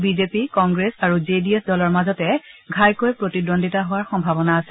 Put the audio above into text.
B J P Congress আৰু J D S দলৰ মাজতে ঘাইকৈ প্ৰতিদ্বন্দ্বিতা হোৱাৰ সম্ভাৱনা আছে